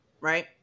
right